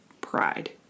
pride